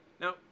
Now